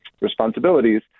responsibilities